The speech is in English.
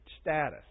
status